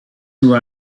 who